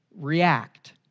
react